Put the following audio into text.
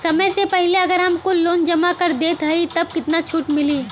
समय से पहिले अगर हम कुल लोन जमा कर देत हई तब कितना छूट मिली?